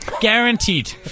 Guaranteed